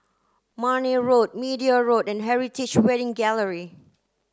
Marne Road Media Road and Heritage Wedding Gallery